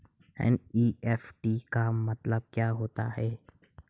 NEFT का मतलब क्या होता है?